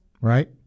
right